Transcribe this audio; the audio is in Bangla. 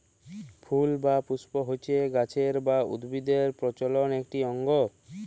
ফুল বা পুস্প হচ্যে গাছের বা উদ্ভিদের প্রজলন একটি অংশ